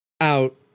out